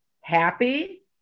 happy